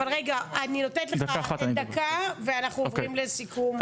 אני נותנת לך דקה, ואנחנו עוברים לסיכום.